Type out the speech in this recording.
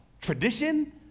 tradition